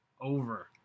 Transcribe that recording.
over